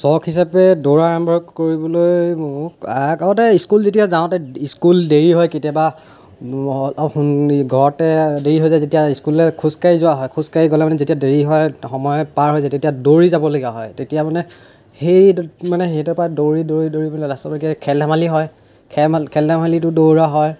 চখ হিচাপে দৌৰা আৰম্ভ কৰিবলৈ মোক আগতে স্কুল যেতিয়া যাওঁতে স্কুল দেৰি হয় কেতিয়াবা ঘৰতে দেৰি হৈ যায় যেতিয়া স্কুললৈ খোজ কাঢ়ি যোৱা হয় খোজ কাঢ়ি গ'লে মানে যেতিয়া দেৰি হয় সময় পাৰ হয় তেতিয়া দৌৰি যাবলগীয়া হয় তেতিয়া মানে সেই মানে সেই দৌৰি দৌৰি দৌৰি পেলাই লাষ্টলৈকে খেল ধেমালি হয় খে খেল ধেমালিতো দৌৰা হয়